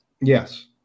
Yes